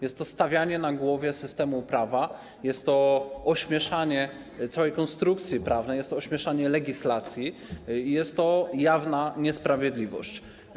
Jest to stawianie na głowie systemu prawa, jest to ośmieszanie całej konstrukcji prawnej, jest to ośmieszanie legislacji, jest to jawna niesprawiedliwość.